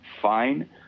fine